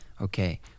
Okay